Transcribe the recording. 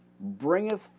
bringeth